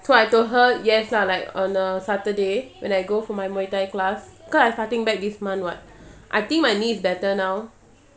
so I told her yes ah like on uh saturday when I go for my thai class cause I starting back this month [what] I think my knee is better now